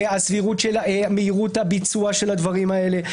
הסבירות של מהירות הביצוע של הדברים האלה.